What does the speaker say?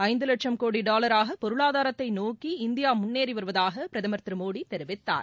ஐந்து லட்சம் கோடி டாலர் பொருளாதாரத்தை நோக்கி இந்தியா முன்னேறி வருவதாக பிரதமர் மோடி தெரிவித்தார்